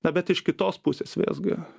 na bet iš kitos pusės visgi